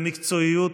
במקצועיות.